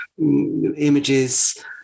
images